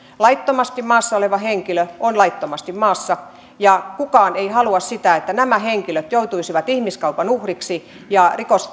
laittomasti maassa oleva henkilö on laittomasti maassa ja kukaan ei halua sitä että nämä henkilöt joutuisivat ihmiskaupan uhriksi ja